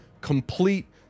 complete